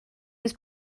was